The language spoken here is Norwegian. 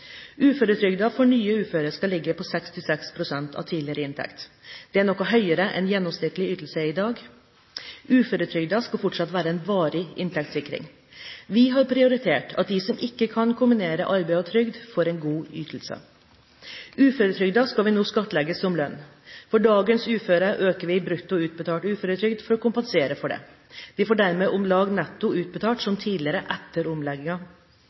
for nye uføre skal ligge på 66 pst. av tidligere inntekt. Dette er noe høyere enn gjennomsnittlig ytelse i dag. Uføretrygden skal fortsatt være en varig inntektssikring. Vi har prioritert at de som ikke kan kombinere arbeid og trygd, får en god ytelse. Uføretrygden skal vi nå skattlegge som lønn. For dagens uføre øker vi brutto utbetalt uføretrygd for å kompensere for dette; de får dermed om lag samme netto utbetalt som tidligere etter